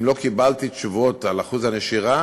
אם לא קיבלתי תשובות על אחוז הנשירה,